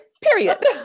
Period